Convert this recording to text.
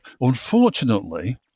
unfortunately